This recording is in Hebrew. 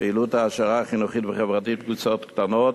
פעילות העשרה חינוכית וחברתית בקבוצות קטנות,